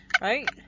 Right